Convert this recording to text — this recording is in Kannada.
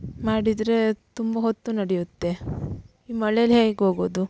ಮಾಡಿದರೆ ತುಂಬ ಹೊತ್ತು ನಡೆಯುತ್ತೆ ಈ ಮಳೆಲಿ ಹೇಗೆ ಹೋಗೋದು